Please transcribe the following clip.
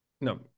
No